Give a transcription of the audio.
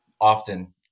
often